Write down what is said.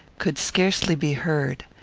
could scarcely be heard.